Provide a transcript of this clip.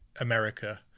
America